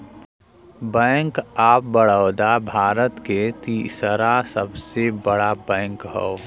bank of Baroda Bharat के तीसरा सबसे बड़ा बैंक हौ